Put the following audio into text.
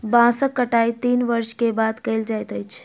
बांसक कटाई तीन वर्ष के बाद कयल जाइत अछि